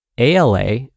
ALA